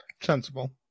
Sensible